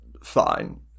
fine